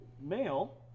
male